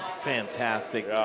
Fantastic